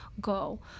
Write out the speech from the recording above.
go